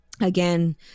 again